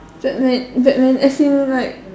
Batman Batman as in like